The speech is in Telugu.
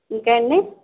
ఇంకా అండి